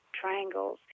triangles